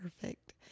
perfect